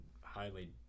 highly